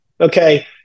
Okay